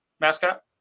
mascot